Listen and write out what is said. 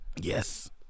yes